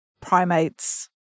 primates